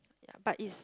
but it's